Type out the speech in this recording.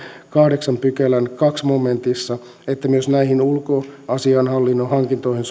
kahdeksannen pykälän toisessa momentissa että myös näihin ulkoasiainhallinnon hankintoihin